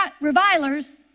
revilers